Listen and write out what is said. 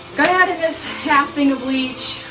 gonna add in this half thing bleach.